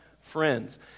friends